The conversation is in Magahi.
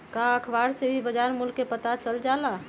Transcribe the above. का अखबार से भी बजार मूल्य के पता चल जाला?